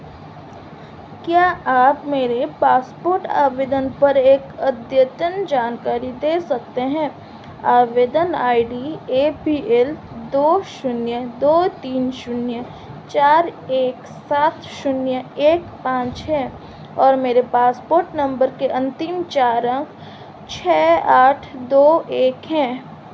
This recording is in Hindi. क्या आप मेरे पासपोर्ट आवेदन पर एक अद्यतन जानकारी दे सकते हैं आवेदन I D A P L दो शून्य दो तीन शून्य चार एक सात शून्य एक पाँच है और मेरे पासपोर्ट नंबर के अंतिम चार अंक छः आठ दो एक हैं